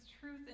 truth